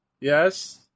Yes